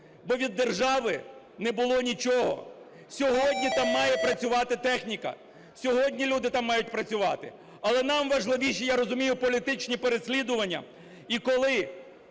бо від держави не було нічого. Сьогодні там має працювати техніка, сьогодні люди там мають працювати. Але нам важливіше, я розумію, політичні переслідування.